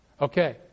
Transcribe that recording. Okay